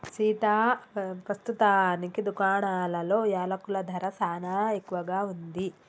సీతా పస్తుతానికి దుకాణాలలో యలకుల ధర సానా ఎక్కువగా ఉంది